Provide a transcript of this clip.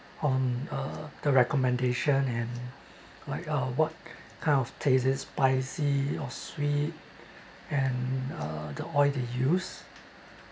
on uh the recommendation and like uh what kind of taste is spicy or sweet and uh the oil they used